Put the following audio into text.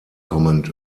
kommend